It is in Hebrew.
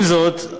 עם זאת,